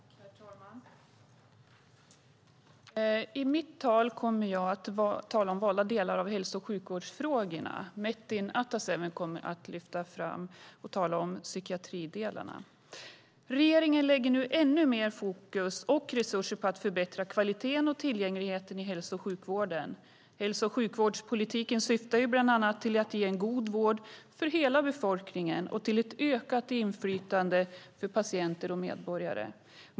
Herr talman! I mitt tal kommer jag att tala om valda delar av hälso och sjukvårdsfrågorna. Metin Ataseven kommer att lyfta fram och tala om psykiatrifrågorna. Regeringen lägger nu än mer fokus och resurser på att förbättra kvaliteten och tillgängligheten i hälso och sjukvården. Hälso och sjukvårdspolitiken syftar bland annat till att ge en god vård till hela befolkningen och till ett ökat inflytande för patienter och medborgare.